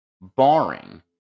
barring